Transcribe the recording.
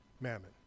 Mammon